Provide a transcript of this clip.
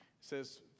says